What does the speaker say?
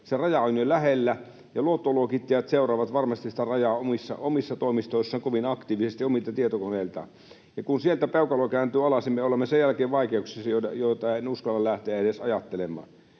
Se raja on jo lähellä, ja luottoluokittajat seuraavat varmasti kovin aktiivisesti sitä rajaa omissa toimistoissaan omilta tietokoneiltaan, ja kun sieltä peukalo kääntyy alas, niin me olemme sen jälkeen vaikeuksissa, joita en uskalla lähteä edes ajattelemaan.